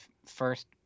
First